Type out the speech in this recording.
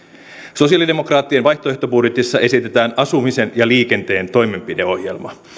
sosialidemokraattien vaihtoehtobudjetissa esitetään asumisen ja liikenteen toimenpideohjelma